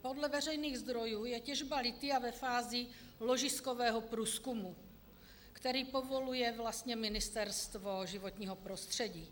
Podle veřejných zdrojů je těžba lithia ve fázi ložiskového průzkumu, který povoluje vlastně Ministerstvo životního prostředí.